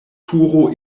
turo